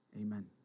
Amen